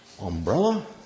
umbrella